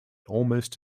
almost